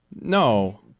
No